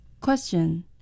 Question